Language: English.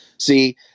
See